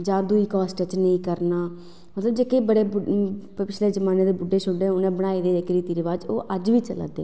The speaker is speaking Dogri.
दां दूई कॉस्ट च नेईं करना मतलब जेह्के पराने जमानें दे बुड्ढे उनें बनाये दे जेह्के रीति रवाज़ ओह् अज्ज बी चला दे